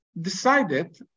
decided